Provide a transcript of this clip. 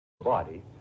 Body